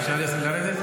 אפשר לרדת?